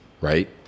right